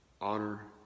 honor